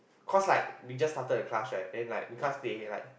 cause like we just started a class right then because they like